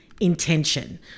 intention